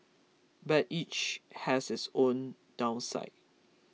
but each has its own downside